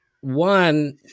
one